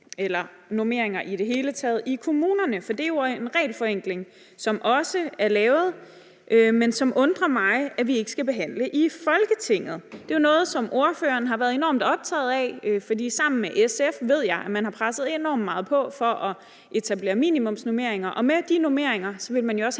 eller normeringer i det hele taget i kommunerne. For det er jo en regelforenkling, som også er lavet, men som undrer mig at vi ikke skal behandle i Folketinget. Det er noget, som ordføreren har været enormt optaget af, for sammen med SF ved jeg, at man har presset enormt meget på for at etablere minimumsnormeringer, og med de normeringer vil man jo også